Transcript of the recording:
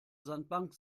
sandbank